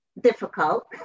Difficult